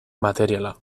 materiala